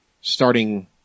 starting